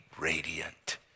radiant